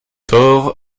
thor